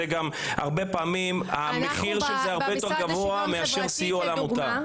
הרבה פעמים המחיר של זה גבוה בהרבה מסיוע לעמותה.